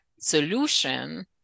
solution